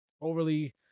overly